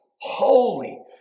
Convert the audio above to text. holy